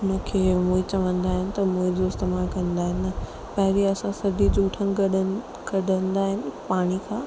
हुन खे मुई चवंदा आहिनि त मुई जो इस्तेमालु कंदा आहिनि पहिरीं असां सॼी झूठनि गॾनि कढंदा आहिनि पाणी खां